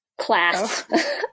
class